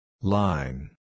Line